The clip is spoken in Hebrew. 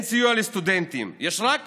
אין